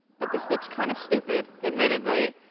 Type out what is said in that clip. but this looks kind of stupid, admittedly.